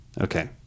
okay